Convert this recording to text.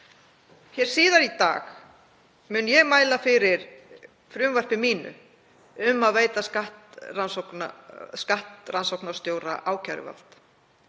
Síðar í dag mun ég mæla fyrir frumvarpi mínu um að veita skattrannsóknarstjóra ákæruvald.